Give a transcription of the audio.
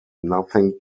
nothing